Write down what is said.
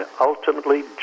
ultimately